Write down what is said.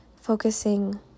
Focusing